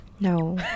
No